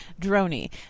Droney